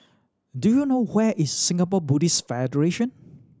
do you know where is Singapore Buddhist Federation